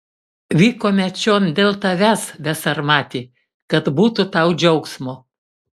vykome čion dėl tavęs besarmati kad būtų tau džiaugsmo